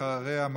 אחריה,